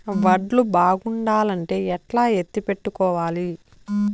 వడ్లు బాగుండాలంటే ఎట్లా ఎత్తిపెట్టుకోవాలి?